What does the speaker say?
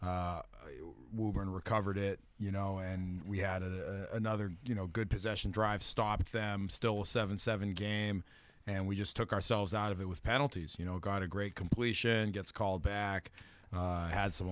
we're going to recovered it you know and we had another you know good possession drive stop them still seven seven game and we just took ourselves out of it with penalties you know got a great completion gets called back has some